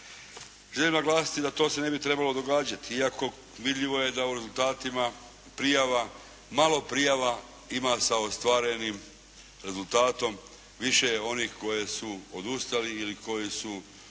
Želim naglasiti da to se ne bi trebalo događati, iako vidljivo je da u rezultatima prijava, malo prijava ima sa ostvarenim rezultatom, više je onih koji su odustali ili koji su zapravo